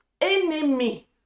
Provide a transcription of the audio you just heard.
Enemy